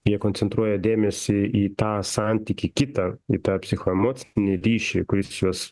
jie koncentruoja dėmesį į tą santykį kitą į tą psichoemocinį ryšį kuris juos